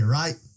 right